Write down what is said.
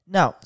Now